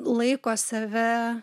laiko save